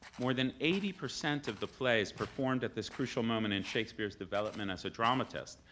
more than eighty percent of the plays performed at this crucial moment in shakespeare's development as a dramatist,